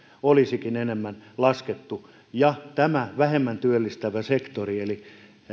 olisikin enemmän laskettu ja tälle vähemmän työllistävälle sektorille eli